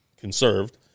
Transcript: conserved